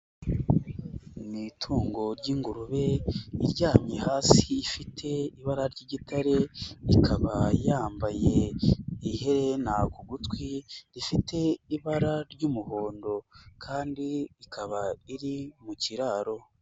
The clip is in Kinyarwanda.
Ni itungo ry'ingurube iryamye hasi ifite ibara ry'igitare ikaba yambaye iherena ku gutwi rifite ibara ry'umuhondo kandi ikaba iri mu kiraro.